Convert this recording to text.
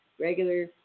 regular